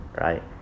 right